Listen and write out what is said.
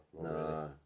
No